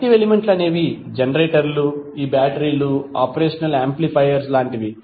active ఎలిమెంట్లు ఈ జనరేటర్లు బ్యాటరీలు ఆపరేషనల్ యాంప్లిఫైయర్లు వంటివి